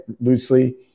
loosely